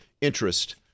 interest